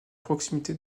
proximité